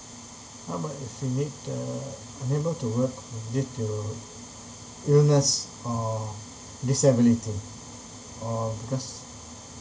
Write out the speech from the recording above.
how about if we need uh unable to work due to illness or disability or because